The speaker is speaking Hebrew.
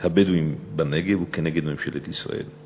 הבדואים בנגב וכנגד ממשלת ישראל.